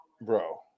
Bro